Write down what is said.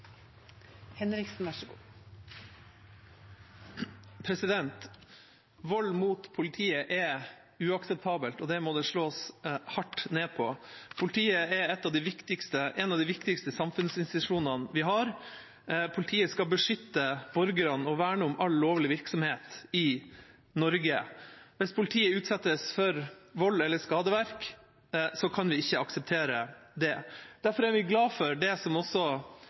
en av de viktigste samfunnsinstitusjonene vi har. Politiet skal beskytte borgerne og verne om all lovlig virksomhet i Norge. Hvis politiet utsettes for vold eller skadeverk, kan vi ikke akseptere det. Derfor er vi glad for det som også